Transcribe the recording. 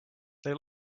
they